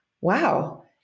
wow